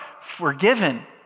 forgiven